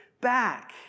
back